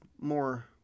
more